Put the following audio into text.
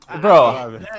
Bro